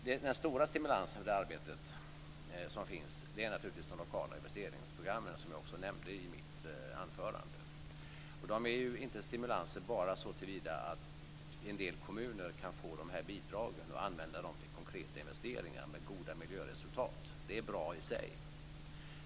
Den stora stimulansen som finns i det här arbetet är naturligtvis de lokala investeringsprogrammen, som jag också nämnde i mitt anförande. De är ju inte stimulanser bara såtillvida att en del kommuner kan få de här bidragen och använda dem till konkreta investeringar med goda miljöresultat. Det är bra i sig.